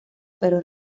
pero